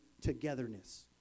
togetherness